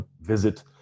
visit